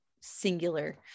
singular